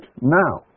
now